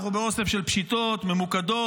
אנחנו באוסף של פשיטות ממוקדות,